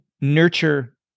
nurture